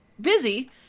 busy